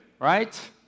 right